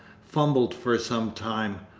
fumbled for some time,